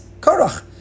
Korach